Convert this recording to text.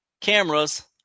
cameras